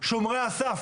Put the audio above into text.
שומרי הסף,